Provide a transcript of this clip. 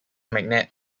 magnet